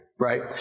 right